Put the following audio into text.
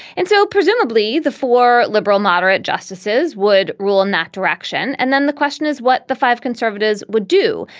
and so presumably the four liberal moderate justices would rule in that direction and then the question is what the five conservatives would do.